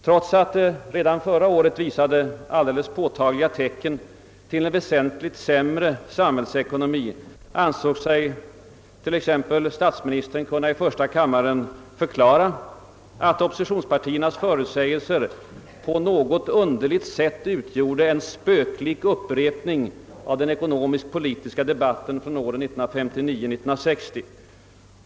Trots att redan förra året visade alldeles påtagliga tecken på en väsentligt sämre samhällsekonomi ansåg sig t.ex. statsministern kunna i första kammaren förklara, att oppositionspartiernas förutsägelser »på något underligt sätt» utgjorde en »spöklik upprepning av den ekonomisk-politiska debatten från åren 1959—1960«.